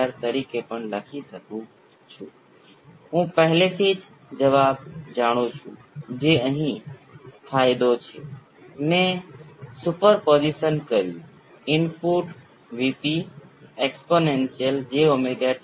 અને જો તમે જમણી બાજુના સર્કિટ માટે આ જ વસ્તુ કરો છો અને V s ને 0 પર સેટ કરી સર્કિટ દોરો છો જેનો અર્થ એ છે કે તે શોર્ટ સર્કિટ છે આપણી પાસે સમાંતરમાં RL અને C છે ત્યાં ફક્ત બે નોડ છે અને RLC સમાંતરમાં છે